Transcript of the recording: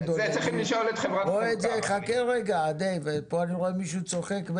פה אני רואה מישהו שצוחק.